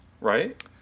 right